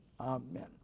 amen